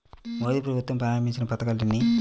మోదీ ప్రభుత్వం ప్రారంభించిన పథకాలు ఎన్ని?